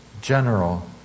general